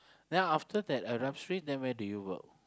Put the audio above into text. then after that Arab-Street then where did you work